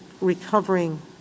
recovering